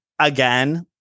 again